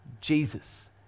Jesus